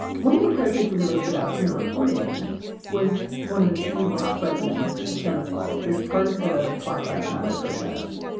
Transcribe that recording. one of the characters were really stood out from your reporting was one of the few black residents of klimov falls, who is part of the black lives matter protest.